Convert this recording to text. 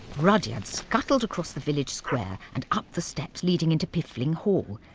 rudyard scuttled across the village square and up the steps leading into piffling hall.